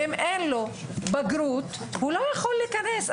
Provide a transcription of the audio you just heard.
ואם אין לו בגרות, הוא לא יכול להיכנס.